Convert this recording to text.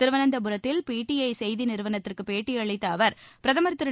திருவனந்தபுரத்தில் பிடிஐ செய்தி நிறுவனத்திற்கு பேட்டியளித்த அவர் பிரதமர் திரு